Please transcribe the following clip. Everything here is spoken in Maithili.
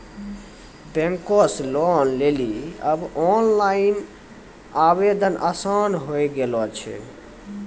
बैंक से लोन लेली आब ओनलाइन आवेदन आसान होय गेलो छै